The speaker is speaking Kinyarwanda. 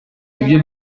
ibyo